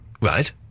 Right